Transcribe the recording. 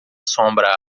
sombra